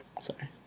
Sorry